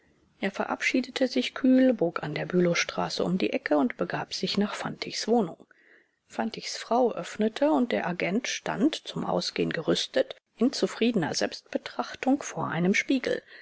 er verabschiedete sich kühl bog an der bülowstraße um die ecke und begab sich nach fantigs wohnung fantigs frau öffnete und der agent stand zum ausgehen gerüstet in zufriedener selbstbetrachtung vor einem spiegel